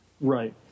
Right